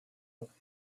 look